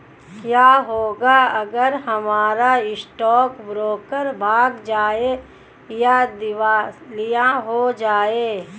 क्या होगा अगर हमारा स्टॉक ब्रोकर भाग जाए या दिवालिया हो जाये?